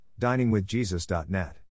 DiningWithJesus.net